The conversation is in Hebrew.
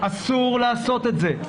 אסור לעשות את זה.